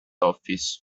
office